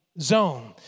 zone